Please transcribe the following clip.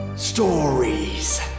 STORIES